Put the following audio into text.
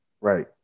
Right